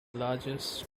largest